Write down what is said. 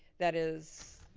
that is